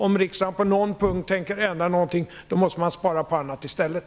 Om riksdagen på någon punkt tänker ändra någonting måste man spara på annat i stället.